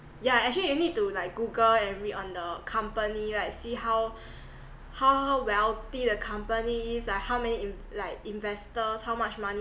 yeah actually you need to like google every on the company right see how how how wealthy the company is like how many in~ like investors how much money